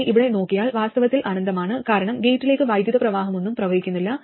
Ri ഇവിടെ നോക്കിയാൽ വാസ്തവത്തിൽ അനന്തമാണ് കാരണം ഗേറ്റിലേക്ക് വൈദ്യുത പ്രവാഹമൊന്നും പ്രവഹിക്കുന്നില്ല